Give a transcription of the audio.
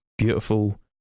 beautiful